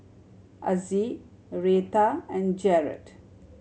Azzie Reatha and Jarrett